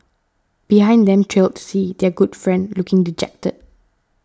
behind them trailed C their good friend looking dejected